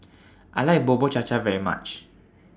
I like Bubur Cha Cha very much